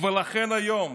ולכן היום